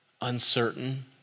uncertain